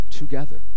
together